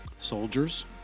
soldiers